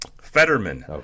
Fetterman